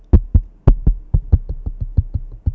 uh one fifty three